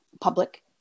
public